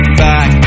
back